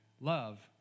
Love